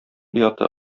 ояты